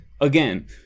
again